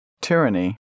Tyranny